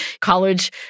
college